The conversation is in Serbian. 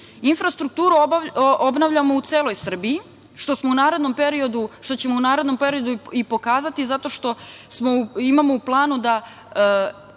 naveli. Infrastrukturu obnavljamo u celoj Srbiji, što ćemo u narednom periodu i pokazati zato što imamo u planu da